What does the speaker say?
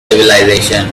civilization